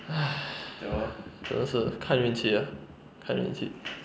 !hais! 真的是看运气 ah 看运气